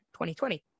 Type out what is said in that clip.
2020